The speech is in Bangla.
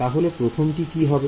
তাহলে প্রথমটি কি হবে